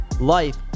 life